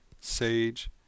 sage